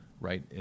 Right